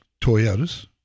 Toyotas